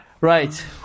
Right